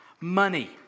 money